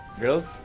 Girls